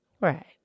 Right